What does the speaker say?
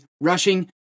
rushing